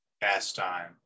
pastime